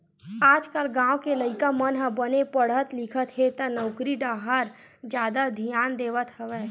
आजकाल गाँव के लइका मन ह बने पड़हत लिखत हे त नउकरी डाहर जादा धियान देवत हवय